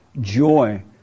joy